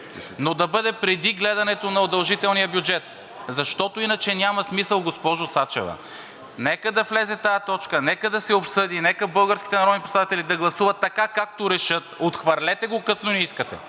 но да бъде преди гледането на удължителния бюджет, защото иначе няма мисъл, госпожо Сачева. Нека да влезе тази точка, нека да се обсъди, нека българските народни представители да гласуват така, както решат. Отхвърлете го, като не искате,